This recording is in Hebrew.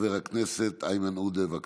חבר הכנסת איימן עודה, בבקשה.